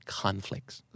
conflicts